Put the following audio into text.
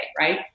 right